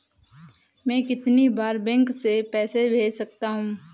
मैं कितनी बार बैंक से पैसे भेज सकता हूँ?